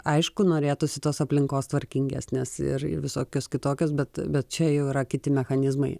aišku norėtųsi tos aplinkos tvarkingesnės ir visokios kitokios bet bet čia jau yra kiti mechanizmai